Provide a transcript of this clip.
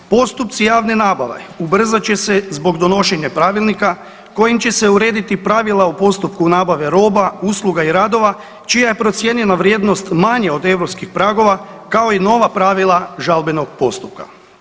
Postupci javne nabave ubrzat će se zbog donošenja pravilnika kojim će se urediti pravila u postupku nabave roba, usluga i radova čija je procijenjena vrijednost manja od europskih pragova, kao i nova pravila žalbenog postupka.